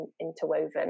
interwoven